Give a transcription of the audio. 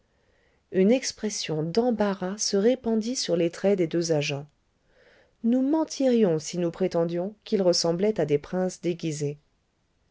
une expression d'embarras se répandit sur les traits des deux agents nous mentirions si nous prétendions qu'ils ressemblaient à des princes déguisés